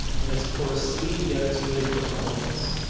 in its core seed, yet it's really for all of us.